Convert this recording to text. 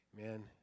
Man